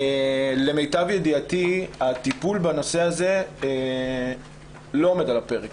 למיטב ידיעתי הטיפול בנושא הזה לא עומד על הפרק.